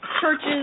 churches